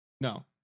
No